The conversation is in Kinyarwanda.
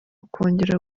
kongera